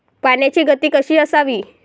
पाण्याची गती कशी असावी?